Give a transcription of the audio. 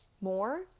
more